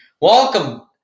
Welcome